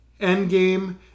Endgame